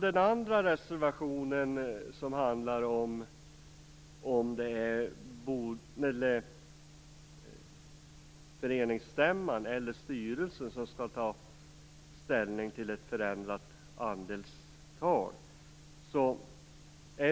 Den andra reservationen handlar om huruvida det är föreningsstämman eller styrelsen som skall ta ställning till ett förändrat andelstal.